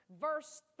verse